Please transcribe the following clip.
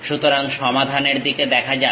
সুতরাং সমাধানের দিকে দেখা যাক